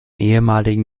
ehemaligen